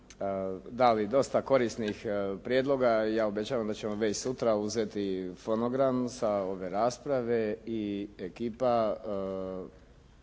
dali dosta korisnih prijedloga i ja obećavam da ćemo već sutra uzeti fonogram sa ove rasprave i ekipa